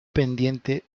pendiente